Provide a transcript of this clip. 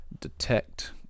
detect